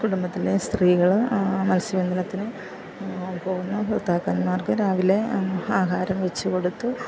കുടുംബത്തിലെ സ്ത്രീകള് മത്സ്യബന്ധനത്തിന് പോകുന്ന ഭർത്താക്കന്മാർക്ക് രാവിലെ ആഹാരം വെച്ച് കൊടുത്ത്